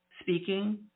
speaking